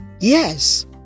yes